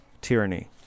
tyranny